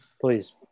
please